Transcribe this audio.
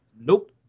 Nope